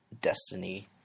destiny